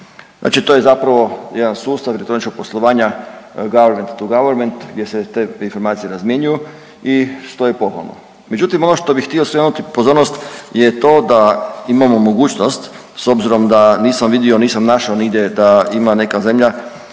Znači to je zapravo jedan sustav elektroničkog poslovanja government to goverment gdje se te informacije razmjenjuju i što je pohvalo. Međutim, ono što bi htio skrenuti pozornost je to da imamo mogućnost s obzirom da nisam vidio, nisam našao nigdje da ima neka zemlja